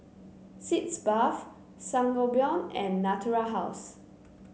Sitz Bath Sangobion and Natura House